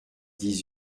dix